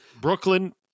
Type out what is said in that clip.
Brooklyn